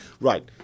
Right